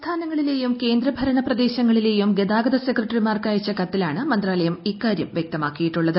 സംസ്ഥാനങ്ങളിലെയും കേന്ദ്രഭരണ പ്രദേശങ്ങളിലെയും ഗതാഗത സെക്രട്ടറിമാർക്ക് അയച്ച കത്തിലാണ് മന്ത്രാലയം ഇക്കാര്യം വ്യക്തമാക്കിയിട്ടുള്ളത്